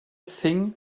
thing